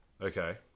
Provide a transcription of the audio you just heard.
Okay